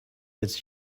its